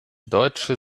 deutsche